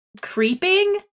creeping